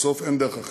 בסוף אין דרך אחרת.